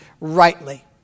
rightly